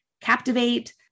Captivate